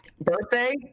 birthday